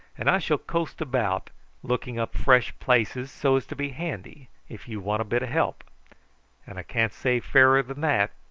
and i shall coast about looking up fresh places so as to be handy if you want a bit of help and i can't say fairer than that,